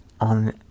on